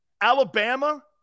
Alabama